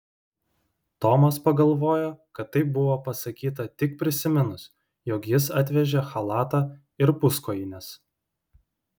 tomas pagalvojo kad taip buvo pasakyta tik prisiminus jog jis atvežė chalatą ir puskojines